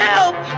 Help